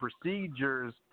procedures